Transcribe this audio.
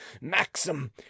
maxim